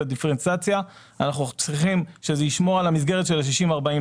הדיפרנציאציה אנחנו צריכים שזה ישמור על המסגרת של ה-60-40.